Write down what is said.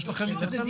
יש לכם התייחסות לזה?